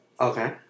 Okay